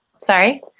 sorry